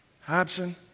Hobson